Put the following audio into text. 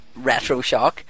RetroShock